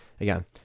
again